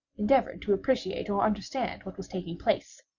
endeavoured to appreciate or understand what was taking place.